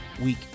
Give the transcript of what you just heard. week